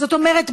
זאת אומרת,